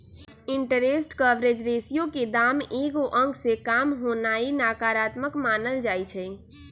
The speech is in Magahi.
इंटरेस्ट कवरेज रेशियो के दाम एगो अंक से काम होनाइ नकारात्मक मानल जाइ छइ